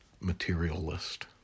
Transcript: materialist